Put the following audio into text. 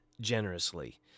generously